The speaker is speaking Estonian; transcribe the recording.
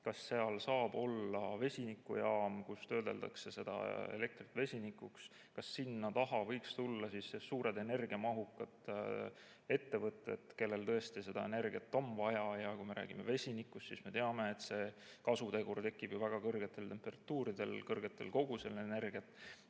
Kas seal saab olla vesinikujaam, kus töödeldakse elektrit vesinikuks? Kas sinna taha võiks tulla suured energiamahukad ettevõtted, kellel tõesti on energiat vaja? Kui me räägime vesinikust, siis me teame, et kasutegur tekib ju väga kõrgetel temperatuuridel suurte energiakoguste korral.